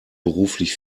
beruflich